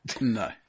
No